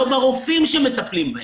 לא ברופאים שמטפלים בהם.